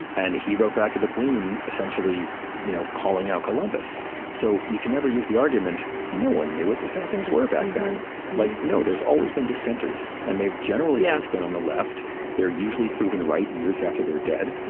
and he wrote back to the queen essentially you know calling out columbus so you can never use the argument no one knew which is how things were back then like no there's always been dissenters and they've generally yeah been on the left they're usually proven right years after they're dead.